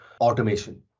automation